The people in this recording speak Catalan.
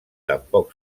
tampoc